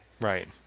Right